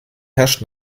herrscht